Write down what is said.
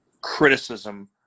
criticism